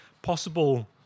possible